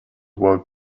work